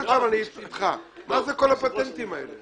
מה זה כל הפטנטים האלה?